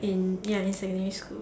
in ya in secondary school